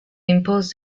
impose